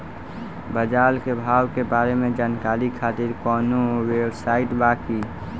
बाजार के भाव के बारे में जानकारी खातिर कवनो वेबसाइट बा की?